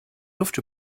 luft